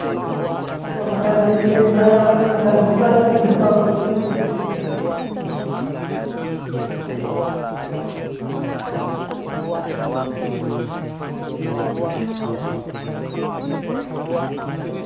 ᱟᱨ ᱵᱟᱠᱷᱟᱱ ᱢᱟᱞᱤᱧ ᱞᱟᱹᱭᱮᱫ ᱛᱟᱦᱮᱱᱟ ᱵᱟᱠᱷᱟᱱ ᱥᱤᱞᱟᱭᱤᱱ ᱞᱤᱧ ᱦᱟᱛᱟᱣ ᱠᱮᱭᱟ ᱦᱩᱱᱟᱹᱝ ᱢᱤᱫᱴᱟᱹᱝ ᱜᱟᱱ